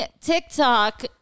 TikTok